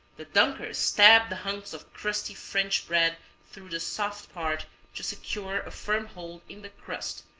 the dunkers stab the hunks of crusty french bread through the soft part to secure a firm hold in the crust,